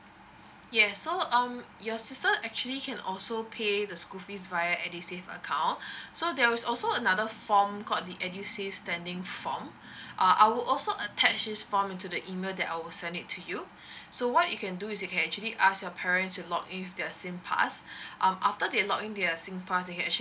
yes so um your sister actually can also pay the school fees via edusave account so there's also another form called the edusave standing form uh I'll also attach this form into the email that I'll send it to you so what you can do is you can actually ask your parents to log in with their singpass um after they log in their singpass they can actually